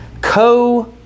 co